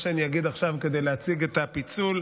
שאני אגיד עכשיו כדי להציג את הפיצול.